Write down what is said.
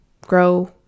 grow